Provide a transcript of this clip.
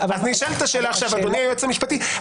אני אשאל את השאלה אדוני היועץ המשפטי.